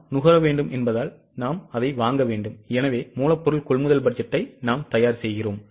நாம் நுகர வேண்டும் என்பதால் நாம் வாங்க வேண்டும் எனவே மூலப்பொருள் கொள்முதல் பட்ஜெட்டை நாம் தயார் செய்கிறோம்